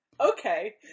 okay